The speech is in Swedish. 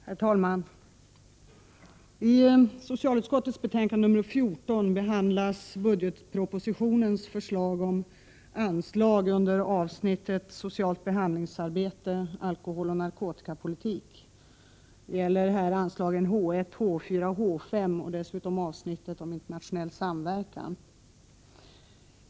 Herr talman! I socialutskottets betänkande 14 behandlas budgetpropositionens förslag om anslag under avsnittet Socialt behandlingsarbete, alkoholoch narkotikapolitik. Det gäller här anslagen H 1, H 4 och H 5 och dessutom avsnittet Internationell samverkan.